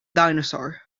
dinosaur